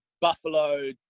buffalo